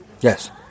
Yes